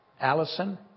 Allison